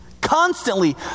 Constantly